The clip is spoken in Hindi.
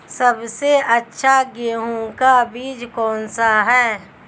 सबसे अच्छा गेहूँ का बीज कौन सा है?